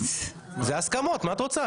אלה הסכמות, מה את רוצה?